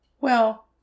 Well